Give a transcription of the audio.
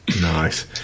nice